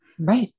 right